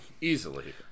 easily